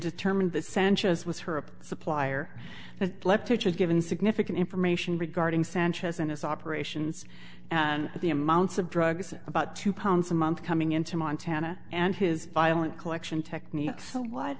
determined that sanchez was her up supplier has given significant information regarding sanchez and his operations and the amounts of drugs and about two pounds a month coming into montana and his violent collection techniques so what